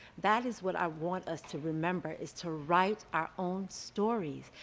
that is what i want us to remember is to write our own stories.